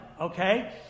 okay